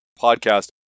podcast